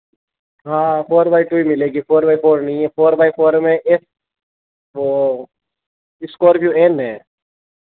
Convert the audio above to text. हाँ four by two ही मिलेगी फ़ोर बाई फोर नहीं है फ़ोर बाई फ़ोर में एस वह स्कॉर्पियो एन है